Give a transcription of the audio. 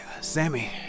Sammy